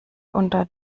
unter